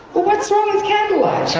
well what's wrong with candlelight?